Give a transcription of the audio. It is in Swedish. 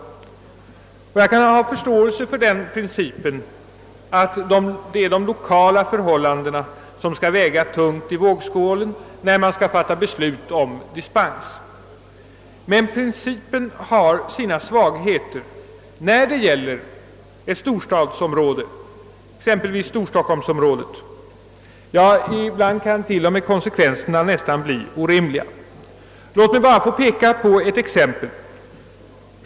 Jag kan ha förståelse för principen att det är de lokala förhållandena som skall väga tungt i vågskålen, när man skall fatta beslut om dispens. Men principen har sina svagheter när det gäller ett storstadsområde, t.ex. storstockholmsområdet. Ja, ibland kan konsekvenserna bli nästan orimliga. Låt mig bara få peka på ett exem pel!